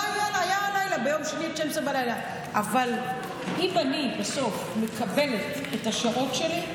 לא היה לילה ביום שני עד 24:00. אבל אם אני בסוף מקבלת את השעות שלי,